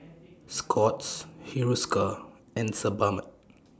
Scott's Hiruscar and Sebamed